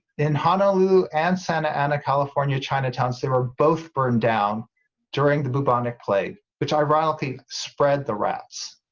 in honolulu and santa ana california chinatown's they were both burned down during the bubonic plague which ironically spread the rats.